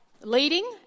leading